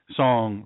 song